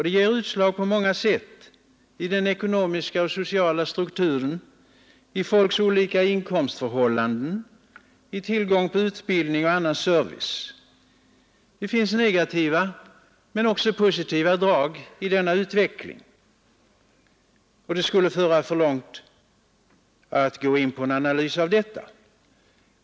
Det ger utslag på många sätt: i den ekonomiska och sociala strukturen, i folks olika inkomstförhållanden, i tillgång på utbildning och annan service etc. Det finns negativa men också positiva drag i denna utveckling, och det skulle föra för långt att gå in på en analys av detta.